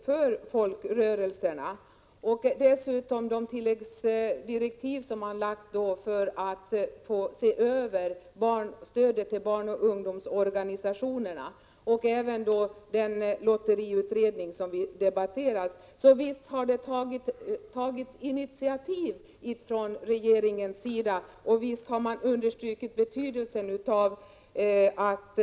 Jag tänker vidare på de tilläggsdirektiv som regeringen utfärdat för att se över stödet till barnoch ungdomsorganisationerna och även på lotteriutredningen, som vi nyligen debatterat. — Visst har det tagits initiativ från regeringens sida, och visst har man framhållit att folkrörelser är viktiga!